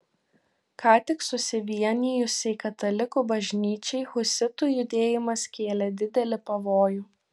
ką tik susivienijusiai katalikų bažnyčiai husitų judėjimas kėlė didelį pavojų